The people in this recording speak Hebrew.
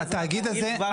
התאגיד הזה,